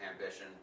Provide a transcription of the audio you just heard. ambition